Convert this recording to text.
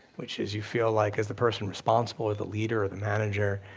which is you feel like as the person responsible, or the leader, or the manager,